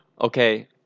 okay